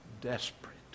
Desperate